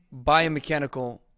biomechanical